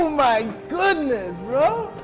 my goodness, bro.